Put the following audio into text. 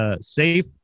safe